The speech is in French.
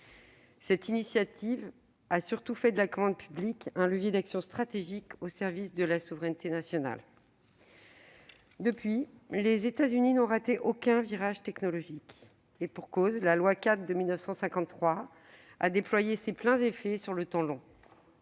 Cette initiative a surtout fait de la commande publique un levier d'action stratégique, au service de la souveraineté nationale. Depuis, les États-Unis n'ont raté aucun virage technologique. Et pour cause : la loi-cadre de 1953 a déployé ses pleins effets sur le temps long.